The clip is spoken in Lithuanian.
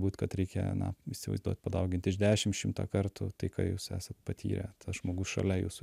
būt kad reikia na įsivaizduot padaugint iš dešim šimtą kartų tai ką jūs esat patyrę tas žmogus šalia jūsų